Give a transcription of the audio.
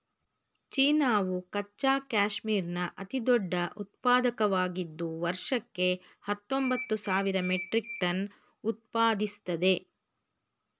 ಚೀನಾವು ಕಚ್ಚಾ ಕ್ಯಾಶ್ಮೀರ್ನ ಅತಿದೊಡ್ಡ ಉತ್ಪಾದಕವಾಗಿದ್ದು ವರ್ಷಕ್ಕೆ ಹತ್ತೊಂಬತ್ತು ಸಾವಿರ ಮೆಟ್ರಿಕ್ ಟನ್ ಉತ್ಪಾದಿಸ್ತದೆ